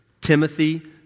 Timothy